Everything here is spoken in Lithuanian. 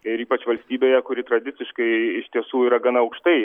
ir ypač valstybėje kuri tradiciškai iš tiesų yra gana aukštai